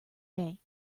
day